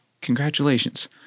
Congratulations